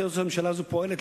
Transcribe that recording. איך הממשלה הזאת פועלת?